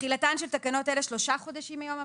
תחילה תחילתן של תקנות אלה שלושה חודשים מיום פרסומן.